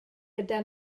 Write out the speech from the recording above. gyda